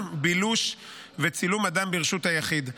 בילוש וצילום אדם ברשות היחיד.